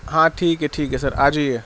ہاں ٹھیک ہے ٹھیک ہے سر آ جائیے